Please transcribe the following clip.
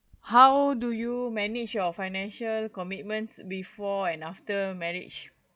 how do you manage your financial commitments before and after marriage